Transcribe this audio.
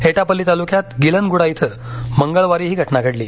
एटापल्ली तालुक्यात गिलनगुडा क्वें मंगळवारी ही घटना घडली